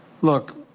Look